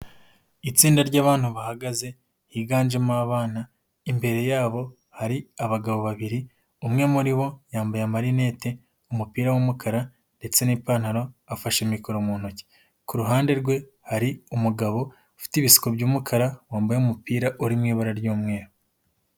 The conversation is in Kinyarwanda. Itsinda ry'bantu bahagaze higanjemo abana, imbere yabo hari abagabo babiri, umwe muri bo yambaye marinete, umupira w'umukara ndetse n'ipantaro, afashe mikoro mu ntoki, ku ruhande rwe hari umugabo ufite ibisuko by'umukara, wambaye umupira uri mu ibara ry'umweru.